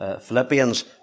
Philippians